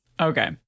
Okay